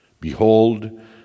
behold